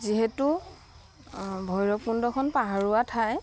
যিহেতু ভৈৰৱকুণ্ডখন পাহাৰীয়া ঠাই